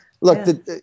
Look